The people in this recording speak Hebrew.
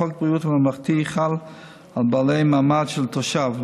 חוק בריאות ממלכתי חל על בעלי מעמד תושב.